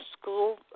school